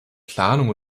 planung